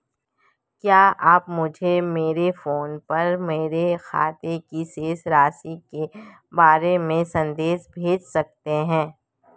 क्या आप मुझे मेरे फ़ोन पर मेरे खाते की शेष राशि के बारे में संदेश भेज सकते हैं?